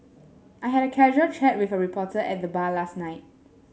I had a casual chat with a reporter at the bar last night